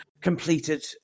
completed